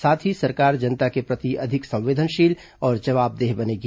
साथ ही सरकार जनता के प्रति अधिक संवेदनशील और जवाबदेह बनेगी